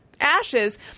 ashes